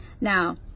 Now